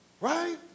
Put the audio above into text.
right